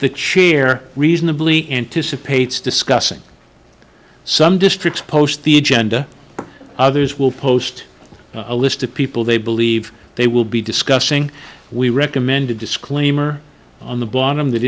chair reasonably anticipates discussing some districts post the agenda others will post a list of people they believe they will be discussing we recommend a disclaimer on the bottom that